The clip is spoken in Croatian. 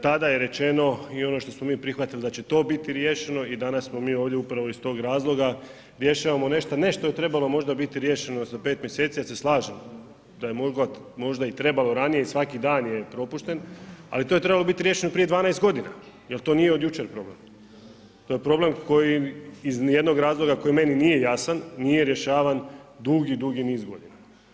Tada je rečeno i ono što smo mi prihvatili da će to biti riješeno i danas mi ovdje upravo iz tog razloga rješavamo nešto ne što je trebalo možda biti riješeno za 5 mj., ja se slažem da je možda i trebalo ranije i svaki dan je propušten ali to je trebalo biti riješeno prije 12 g. jer to nije od jučer problem, to je problem koji iz nijednog razloga koji meni nije jasan, nije rješavan dugi, dugi niz godina.